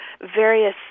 various